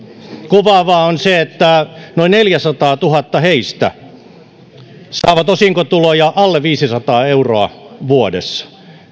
kuvaavaa on se että noin neljäsataatuhatta heistä saa osinkotuloja alle viisisataa euroa vuodessa